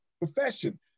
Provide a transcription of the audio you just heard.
profession